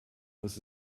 was